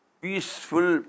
peaceful